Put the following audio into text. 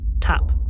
tap